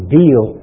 deal